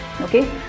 okay